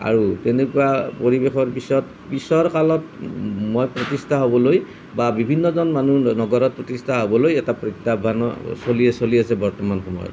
আৰু তেনেকুৱা পৰিৱেশত পিছৰ পিছৰ কালত মই প্ৰতিষ্ঠা হ'বলৈ বা বিভিন্নজন মানুহ নগৰত প্ৰতিষ্ঠা হ'বলৈ এটা প্ৰত্যাহ্বানৰ চলি চলি আছে বৰ্তমান সময়ত